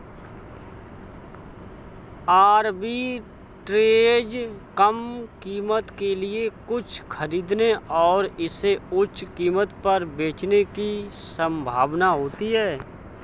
arbitrage कम कीमत के लिए कुछ खरीदने और इसे उच्च कीमत पर बेचने की संभावना होती है